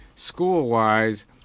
School-wise